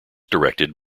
directed